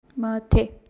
मथे